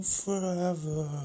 forever